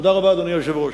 תודה רבה, אדוני היושב-ראש.